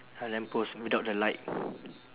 a lamp post without the light